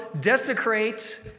desecrate